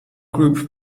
group